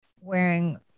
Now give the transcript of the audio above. wearing